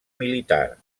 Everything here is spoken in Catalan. militar